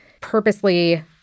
purposely